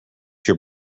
your